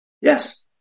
Yes